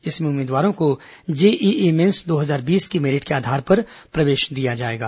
इसमें उम्मीदवारों को जेईई मैन्स दो हजार बीस की मेरिट के आधार पर प्रवेश दिया जाएगा